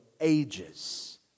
ages